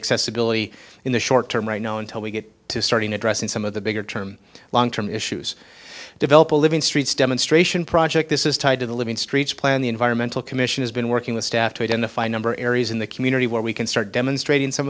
accessibility in the short term right now until we get to starting addressing some of the bigger term long term issues develop a living streets demonstration project this is tied to the living streets plan the environmental commission has been working with staff to identify number areas in the community where we can start demonstrating some